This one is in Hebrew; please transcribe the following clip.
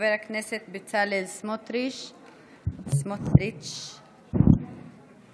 חבר הכנסת בצלאל סמוטריץ', בבקשה,